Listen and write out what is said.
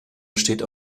besteht